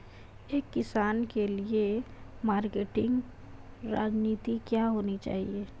एक किसान के लिए मार्केटिंग रणनीति क्या होनी चाहिए?